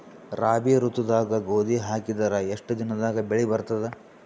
ರಾಬಿ ಋತುದಾಗ ಗೋಧಿ ಹಾಕಿದರ ಎಷ್ಟ ದಿನದಾಗ ಬೆಳಿ ಬರತದ?